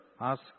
Ask